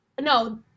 No